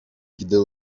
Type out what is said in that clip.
gdy